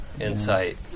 insight